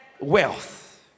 wealth